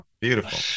Beautiful